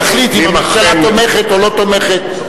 יחליט אם הממשלה תומכת או לא תומכת.